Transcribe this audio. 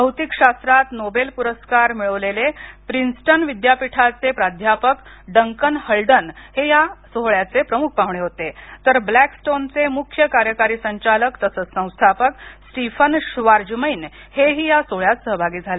भौतिक शास्त्रात नोबेल पुरस्कार मिळवलेले प्रिंसटन विद्यापिठाचे प्राध्यापक डंकन हल्डन हे या सोहळ्याचे प्रमुख पाहूणे होते तर ब्लॅकस्टोनचे मुख्य कार्यकारी संचालक तसंच संस्थापक स्टीफन श्वार्जमैन हे ही या सोहळ्यात सहभागी झाले